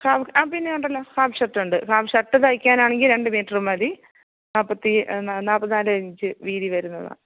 half ആ പിന്നെ ഉണ്ടല്ലോ ഹാഫ് ഷർട്ടുണ്ട് ഹാഫ് ഷർട്ട് തയ്ക്കാനാണെങ്കില് രണ്ട് മീറ്റര് മതി നാല്പ്പത്തി നാല്പ്പത്തി നാലിഞ്ച് വീതി വരുന്നതാണ്